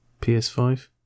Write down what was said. PS5